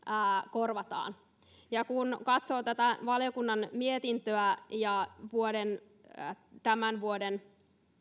korvataan kun katsoo tätä valiokunnan mietintöä ja tämän vuoden